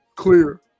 clear